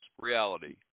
reality